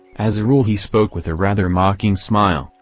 as a rule he spoke with a rather mocking smile,